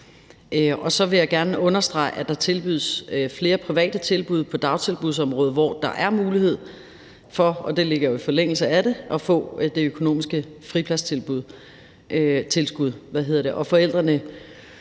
Og så vil jeg gerne understrege, at der tilbydes flere private tilbud på dagtilbudsområdet, hvor der er mulighed for – og det ligger jo i forlængelse af det – at få det økonomiske fripladstilskud. Forældrene